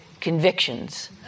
convictions